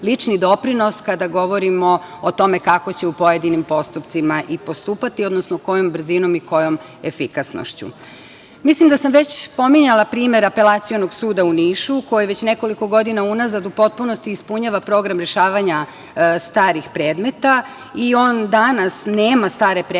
lični doprinos kada govorimo o tome kako će u pojedinim postupcima i postupati, odnosno kojom brzinom i kojom efikasnošću. Mislim da sam već pominjala primer Apelacionog suda u Nišu, koji već nekoliko godina unazad u potpunosti ispunjava program rešavanja starih predmeta i on danas nema stare predmete